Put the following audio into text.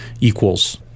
equals